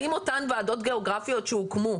האם אותן ועדות גיאוגרפיות שהוקמו,